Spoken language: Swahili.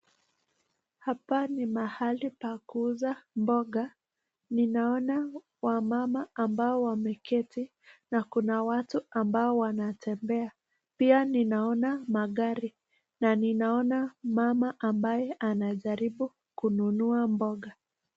Hapa ni mahali pa kuuza mboga, ni naona wamama ambao wameketi na kuna watu ambao wana tembea, pia ni naona magari ninaona mama anaye jaribu kununua mboga.